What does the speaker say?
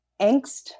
angst